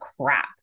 crap